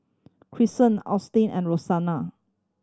Austin and Rosanna